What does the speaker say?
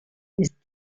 ist